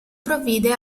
provvide